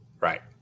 Right